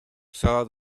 saw